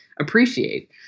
appreciate